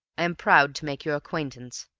am proud to make your acquaintance.